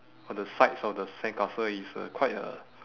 on the sides of the sandcastle it's a quite a